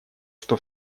что